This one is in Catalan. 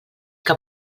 que